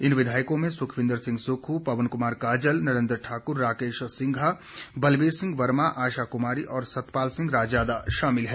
इन विधायकों में सुखविंद्र सिंह सुक्ख पवन कुमार काजल नरेंद्र ठाकुर राकेश सिंघा बलवीर सिंह वर्मा आशा कुमारी और सतपाल सिंह रायजादा शामिल हैं